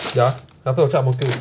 ya my uncle 有 chart boating